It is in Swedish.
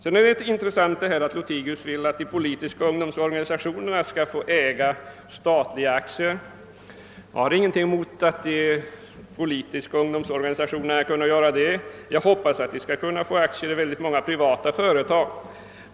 Det är intressant att herr Lothigius vill att de politiska ungdomsorganisationerna skall få äga statliga aktier. Jag har ingenting emot att de politiska ungdomsorganisationerna kan göra det. Jag hoppas att de skall kunna få köpa aktier i många privata företag.